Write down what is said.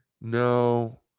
No